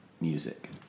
music